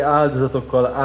áldozatokkal